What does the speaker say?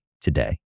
today